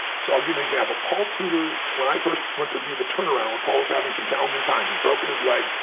so i'll give you an example. paul tudor, when i first went to do the turnaround when paul was having some challenging times he'd broken his leg.